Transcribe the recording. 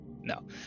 No